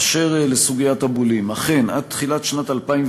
אשר לסוגיית הבולים, אכן, עד תחילת שנת 2010